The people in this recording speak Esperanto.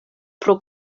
pro